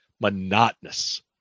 monotonous